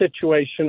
situation